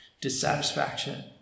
dissatisfaction